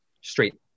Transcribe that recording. straight